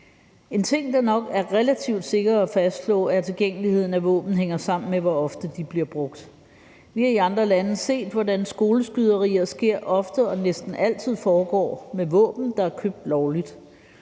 En ting, der nok er relativt sikkert at fastslå, er, at tilgængeligheden af våben hænger sammen med, hvor ofte de bliver brugt. Vi har i andre lande set, hvordan skoleskyderier sker ofte og næsten altid foregår med våben, der er købt lovligt.